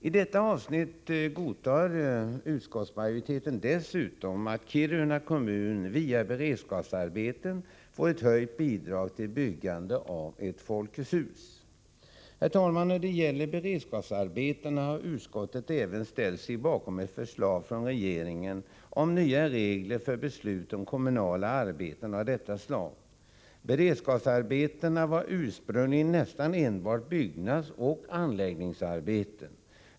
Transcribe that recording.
I detta avsnitt godtar utskottsmajoriteten dessutom att Kiruna kommun via beredskapsarbetena får ett höjt bidrag till byggande av ett Folkets hus. När det gäller beredskapsarbetena, herr talman, har utskottet även ställt sig bakom ett förslag från regeringen om nya regler för beslut om kommunala arbeten av detta slag. Beredskapsarbetena var ursprungligen nästan enbart byggnadsoch anläggningsarbeten.